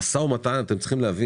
אתם צריכים להבין